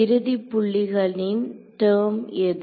இறுதிப் புள்ளிகளின் டெர்ம் எது